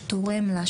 שתורם לה,